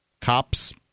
cops